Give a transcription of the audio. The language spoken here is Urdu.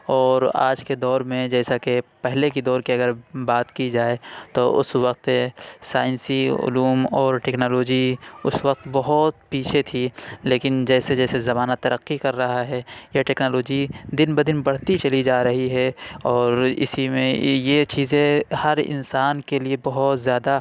اور آج کے دور میں جیسا کہ پہلے کی دور کی اگر بات کی جائے تو اُس وقت سائنسی علوم اور ٹیکنالوجی اُس وقت بہت پیچھے تھی لیکن جیسے جیسے زمانہ ترقی کر رہا ہے یا ٹیکنالوجی دِن بہ دِن بڑھتی چلی جا رہی ہے اور اِسی میں یہ چیزیں ہر انسان کے لیے بہت زیادہ